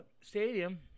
Stadium